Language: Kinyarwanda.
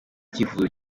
cyifuzo